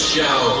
Show